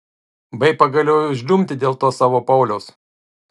baik pagaliau žliumbti dėl to savo pauliaus